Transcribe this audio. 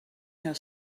her